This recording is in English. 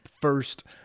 first